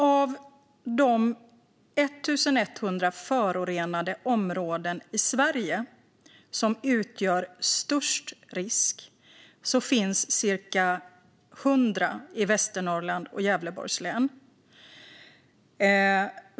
Av de 1 100 förorenade områden i Sverige som utgör störst risk finns cirka 100 i Västernorrlands och Gävleborgs län.